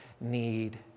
need